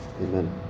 Amen